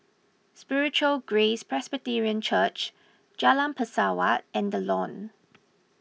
Spiritual Grace Presbyterian Church Jalan Pesawat and the Lawn